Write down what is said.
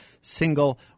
single